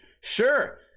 sure